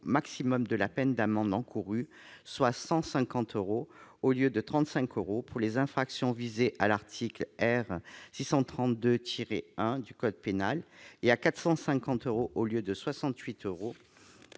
la peine d'amende maximale, soit 150 euros, au lieu de 35 euros, pour les infractions visées à l'article R. 632-1 du code pénal, et 450 euros, au lieu de 68 euros,